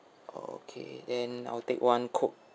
okay then I will take one coke